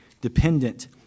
dependent